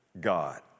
God